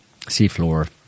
seafloor